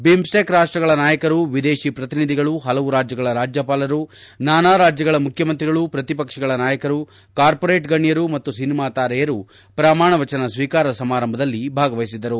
BIMSTEC ರಾಷ್ಟಗಳ ನಾಯಕರು ವಿದೇಶಿ ಪ್ರತಿನಿಧಿಗಳು ಹಲವು ರಾಜ್ಯಗಳ ರಾಜ್ಯಪಾಲರು ನಾನಾ ರಾಜ್ಯಗಳ ಮುಖ್ಯಮಂತ್ರಿಗಳು ಪ್ರತಿಪಕ್ಷಗಳ ನಾಯಕರು ಕಾರ್ಪೋರೇಟ್ ಗಣ್ಯರು ಮತ್ತು ಸಿನಿಮಾ ತಾರೆಯರು ಪ್ರಮಾಣವಚನ ಸ್ವೀಕಾರ ಸಮಾರಂಭದಲ್ಲಿ ಭಾಗವಹಿಸಿದ್ದರು